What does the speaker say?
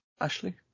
Ashley